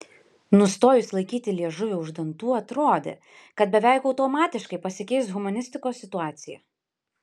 nustojus laikyti liežuvį už dantų atrodė kad beveik automatiškai pasikeis humanistikos situacija